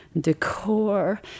Decor